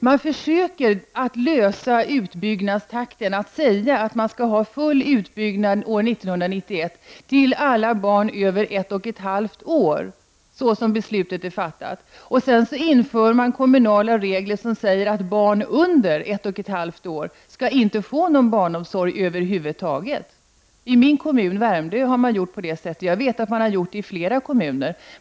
Man försöker att lösa problemet med utbyggnadstakten genom att säga att man skall ha full utbyggnad år 1991 till alla barn över ett och ett halvt år, såsom beslutet är fattat. Sedan inför man kommunala regler som säger att barn under ett och ett halvt år inte skall få någon barnomsorg över huvud taget. I min kommun, Värmdö, har man gjort på det sättet. Jag vet att man har gjort så i flera kommuner.